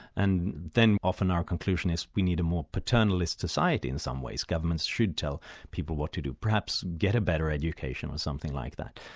and then often our conclusion is we need a more paternalist society in some ways governments should tell people what to do, perhaps get a better education or something like that.